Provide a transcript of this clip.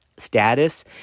status